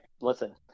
listen